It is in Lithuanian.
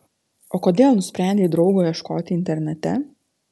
o kodėl nusprendei draugo ieškoti internete